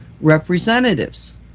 representatives